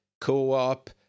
co-op